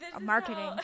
marketing